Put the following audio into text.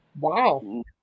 Wow